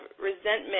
resentment